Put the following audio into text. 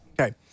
Okay